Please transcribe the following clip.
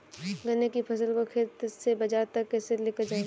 गन्ने की फसल को खेत से बाजार तक कैसे लेकर जाएँ?